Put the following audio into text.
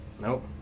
Nope